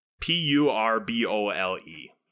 P-U-R-B-O-L-E